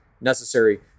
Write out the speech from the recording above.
necessary